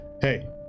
Hey